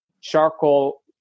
charcoal